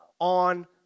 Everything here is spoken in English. on